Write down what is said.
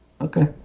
Okay